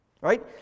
Right